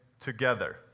together